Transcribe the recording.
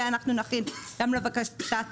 את זה אנחנו נכין גם לבקשת